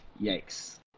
yikes